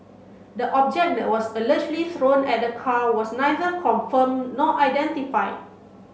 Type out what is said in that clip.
the object was allegedly thrown at the car was neither confirm nor identify